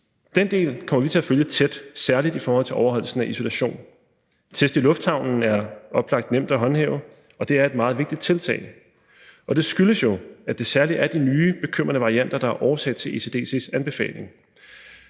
Den del kommer vi til at følge tæt, særlig i forhold til overholdelsen af isolation. Test i lufthavnen er oplagt nemt at håndhæve, og det er et meget vigtigt tiltag. Det skyldes jo, at det særlig er de nye bekymrende varianter, der er årsag til ECDC's anbefaling.